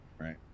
Right